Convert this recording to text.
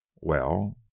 Well